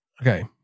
Okay